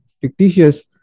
fictitious